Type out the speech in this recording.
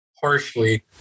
harshly